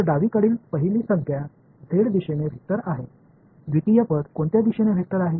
எனவே இடது புறம் முதல் வெளிப்பாடு z திசையில் ஒரு வெக்டர் இரண்டாவது வெளிப்பாடு எந்த திசையில் ஒரு வெக்டர்